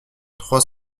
trois